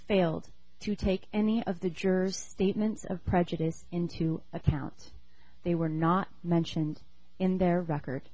failed to take any of the jurors statements of prejudice into account they were not mentioned in their record